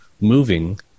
moving